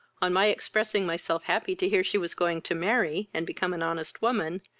on my expressing myself happy to hear she was going to marry, and become an honest woman,